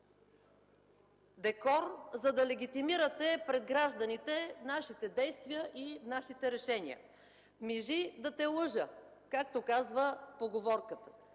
декор, за да легитимирате пред гражданите нашите действия и нашите решения. „Мижи да те лъжа” – както казва поговорката.